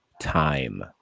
time